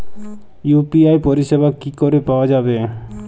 UPI পরিষেবা কি করে পাওয়া যাবে?